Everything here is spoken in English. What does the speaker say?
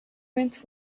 went